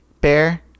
bear